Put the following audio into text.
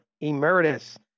emeritus